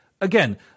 again